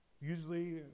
Usually